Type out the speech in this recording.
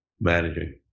managing